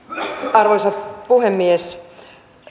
arvoisa puhemies